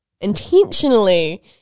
intentionally